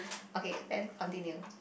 okay then continue